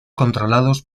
controlados